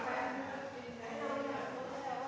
Tak